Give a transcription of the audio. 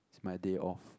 my day off